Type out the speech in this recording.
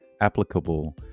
applicable